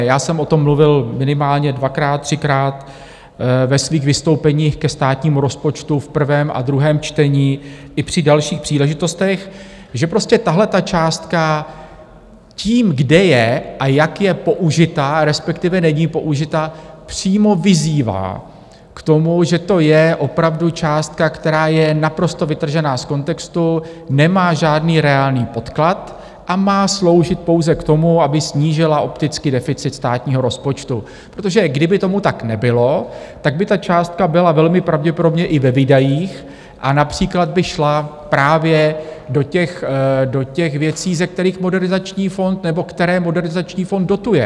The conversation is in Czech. Já jsem o tom mluvil minimálně dvakrát, třikrát ve svých vystoupeních ke státnímu rozpočtu v prvém a druhém čtení i při dalších příležitostech, že tahleta částka tím, kde je a jak je použita, respektive není použita, přímo vyzývá k tomu, že to je opravdu částka, která je naprosto vytržena z kontextu, nemá žádný reálný podklad a má sloužit pouze k tomu, aby snížila opticky deficit státního rozpočtu, protože kdyby tomu tak nebylo, tak by ta částka byla velmi pravděpodobně i ve výdajích a například by šla právě do věcí, ze kterých Modernizační fond nebo které Modernizační fond dotuje.